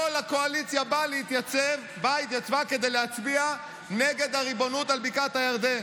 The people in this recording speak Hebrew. כל הקואליציה באה והתייצבה כדי להצביע נגד הריבונות על בקעת הירדן,